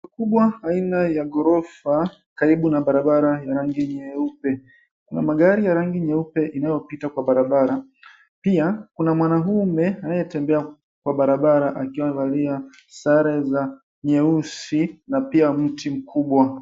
Jengo kubwa aina ya ghorofa karibu na barabara ya rangi nyeupe. Kuna magari ya rangi nyeupe inayopita kwa barabara. Pia kuna mwanamume anayetembea kwa barabara, akiwa amevalia sare za nyeusi na pia mti mkubwa.